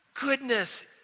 goodness